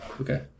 Okay